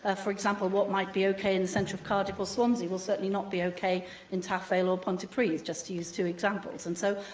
ah for example, what might be okay in the centre of cardiff or swansea will certainly not be okay in taff vale or pontypridd, just to use two examples. and so,